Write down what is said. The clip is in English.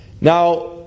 Now